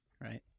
Right